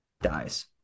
dies